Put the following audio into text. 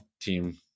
team